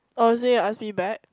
honestly you ask me back